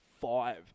five